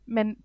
Men